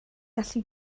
gallu